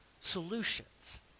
solutions